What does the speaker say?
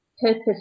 purpose